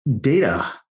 data